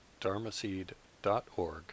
dharmaseed.org